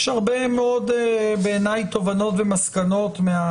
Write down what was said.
יש הרבה מאוד תובנות ומסקנות בעיניי,